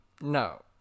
No